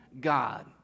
God